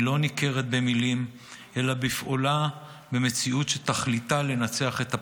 היא לא ניכרת במילים אלא בפעולה במציאות שתכליתה לנצח את הפחד.